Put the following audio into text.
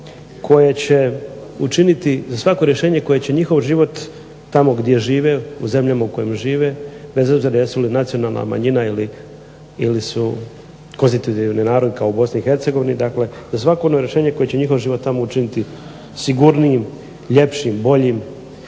od koristi, za svako rješenje koje će njihov život tamo gdje žive, u zemljama u kojima žive bez obzira jesu li nacionalna manjina ili su konstitutivni narod u Bosni Hercegovini, dakle, za svako ono rješenje koje će njihov život tamo učiniti ljepšim, boljim,